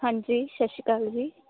ਹਾਂਜੀ ਸਤਿ ਸ਼੍ਰੀ ਅਕਾਲ ਜੀ